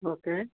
okay